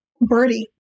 birdie